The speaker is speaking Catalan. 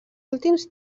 últims